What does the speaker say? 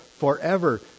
forever